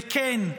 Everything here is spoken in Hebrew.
וכן,